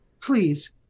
please